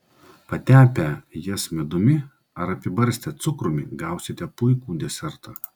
patepę jas medumi ar apibarstę cukrumi gausite puikų desertą